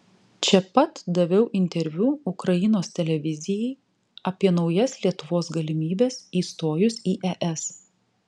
čia pat daviau interviu ukrainos televizijai apie naujas lietuvos galimybes įstojus į es